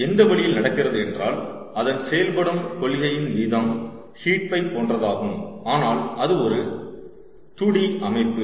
எந்த வழியில் நடக்கிறது என்றால் அதன் செயல்படும் கொள்கையின் விதம் ஹீட் பைப் போன்றதாகும் ஆனால் அது ஒரு 2 D அமைப்பு